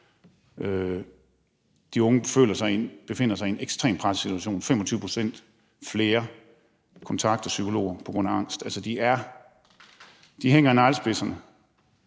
De unge befinder sig i en ekstremt presset situation. 25 pct. flere kontakter psykologer på grund af angst. Altså, de hænger i med neglespidserne.